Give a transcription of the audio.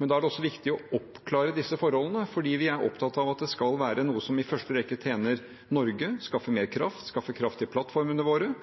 men da er det også viktig å oppklare disse forholdene fordi vi er opptatt av at det skal være noe som i første rekke tjener Norge – som skaffer mer kraft, skaffer kraft til plattformene våre.